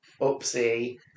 Oopsie